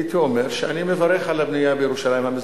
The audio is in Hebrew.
הייתי אומר שאני מברך על הבנייה בירושלים המזרחית,